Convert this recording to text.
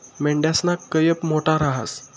मेंढयासना कयप मोठा रहास